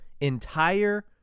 entire